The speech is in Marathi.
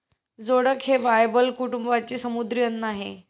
जोडक हे बायबल कुटुंबाचे समुद्री अन्न आहे